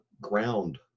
ground